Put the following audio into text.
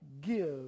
give